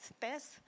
test